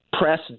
press